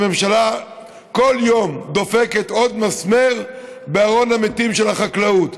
הממשלה כל יום דופקת עוד מסמר בארון המתים של החקלאות.